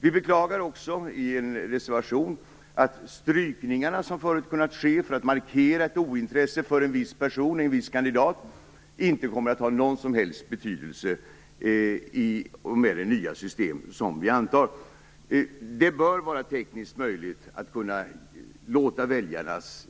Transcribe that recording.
Vi beklagar också i en reservation att strykningar som förut har kunnat ske för att markera ett ointresse för en viss kandidat inte kommer att ha någon som helst betydelse i och med det nya system som kommer att antas. Det bör vara tekniskt möjligt att låta väljarnas